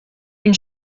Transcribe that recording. une